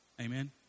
Amen